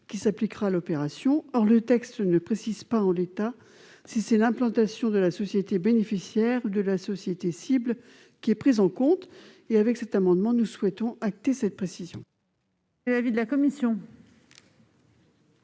qui s'appliquera à l'opération. Or le texte ne précise pas, en l'état, si c'est l'implantation de la société bénéficiaire ou celle de la société cible qui est prise en compte. Cet amendement vise à acter cette précision.